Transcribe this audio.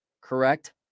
correct